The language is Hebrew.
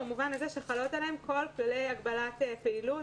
במובן הזה שחלות עליהם כל כללי הגבלת פעילות.